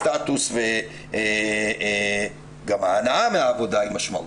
סטטוס והנאה מהעבודה שגם היא משמעותית.